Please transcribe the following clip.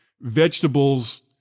vegetables